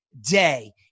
day